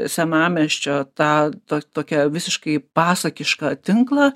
senamiesčio tą tą tokią visiškai pasakišką tinklą